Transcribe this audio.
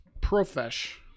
Profesh